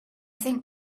think